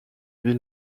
vie